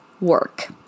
work